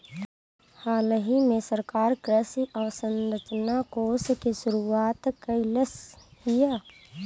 हालही में सरकार कृषि अवसंरचना कोष के शुरुआत कइलस हियअ